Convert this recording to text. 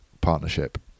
partnership